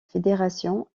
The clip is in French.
fédération